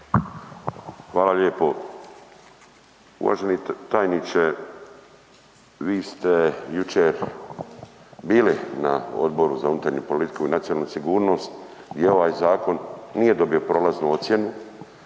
Hvala lijepo. Uvaženi tajniče, vi ste jučer bili na Odboru za unutarnju politiku i nacionalnu sigurnost i ovaj zakon nije dobio prolaznu ocjenu